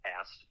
asked